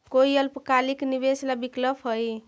कोई अल्पकालिक निवेश ला विकल्प हई?